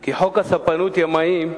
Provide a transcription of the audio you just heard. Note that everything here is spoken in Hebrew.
כי חוק הספנות (ימאים)